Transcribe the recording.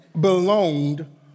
belonged